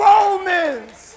Romans